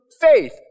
faith